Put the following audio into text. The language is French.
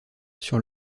sur